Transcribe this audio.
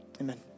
Amen